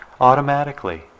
automatically